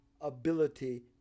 ability